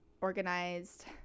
organized